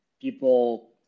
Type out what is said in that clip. people